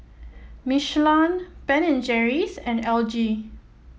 Michelin Ben and Jerry's and L G